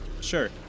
Sure